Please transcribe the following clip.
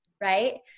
right